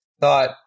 thought